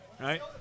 right